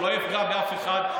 הוא לא יפגע באף אחד.